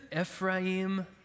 Ephraim